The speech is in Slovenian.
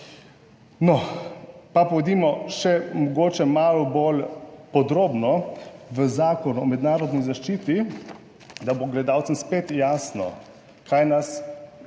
No, pa pojdimo še mogoče malo bolj podrobno v Zakon o mednarodni zaščiti, da bo gledalcem spet jasno kaj nas kot